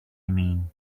mean